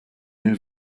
knew